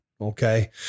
Okay